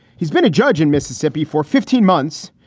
he's been a judge in mississippi for fifteen months,